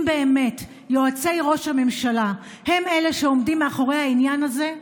אם באמת יועצי ראש הממשלה הם שעומדים מאחורי העניין הזה,